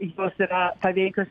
jos yra paveikios